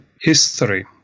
history